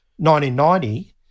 1990